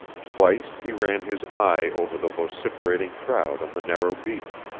twice he ran his eye over the vociferating crowd on the narrow beach.